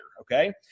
okay